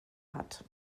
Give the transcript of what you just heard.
hat